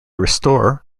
restore